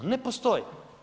Ne postoji.